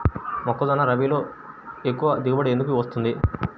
మొక్కజొన్న రబీలో ఎక్కువ దిగుబడి ఎందుకు వస్తుంది?